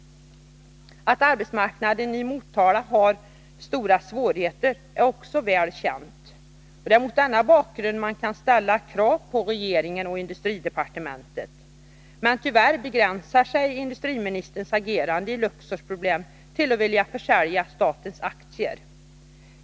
Att arbetsmarknaden i Motala har stora svårigheter är likaså väl känt. Mot denna bakgrund kan man ställa krav på regeringen och industridepartementet. Men tyvärr begränsar sig industriministerns agerande i fråga om Luxors problem till att vilja försälja statens aktier.